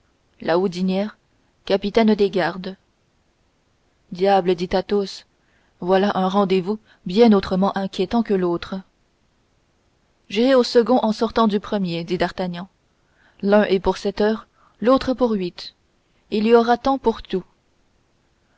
houdinière capitaine des gardes diable dit athos voici un rendez-vous bien autrement inquiétant que l'autre j'irai au second en sortant du premier dit d'artagnan l'un est pour sept heures l'autre pour huit il y aura temps pour tout